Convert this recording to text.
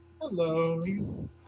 Hello